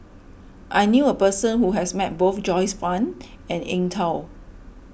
I knew a person who has met both Joyce Fan and Eng Tow